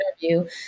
interview